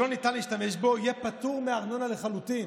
שלא ניתן להשתמש בו, יהיה פטור מארנונה לחלוטין.